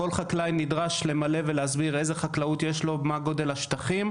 כל חקלאי נדרש למלא ולהסביר איזה חקלאות יש לו ומה גודל השטחים.